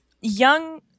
young